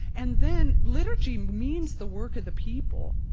and then liturgy means the work of the people,